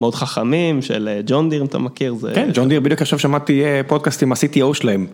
מאוד חכמים של ג'ון דיר אם אתה מכיר זה, כן ג'ון דיר בדיוק עכשיו שמעתי פודקאסטים עם ה cto שלהם.